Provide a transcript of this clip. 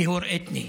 טיהור אתני.